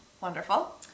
Wonderful